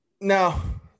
Now